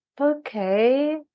okay